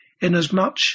inasmuch